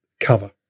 Cover